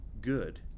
good